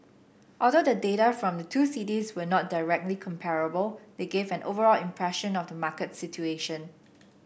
although the data from the two cities are not directly comparable they give an overall impression of the market situation